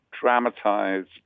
dramatized